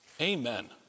Amen